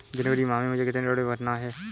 जनवरी माह में मुझे कितना ऋण भरना है?